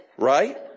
Right